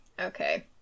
Okay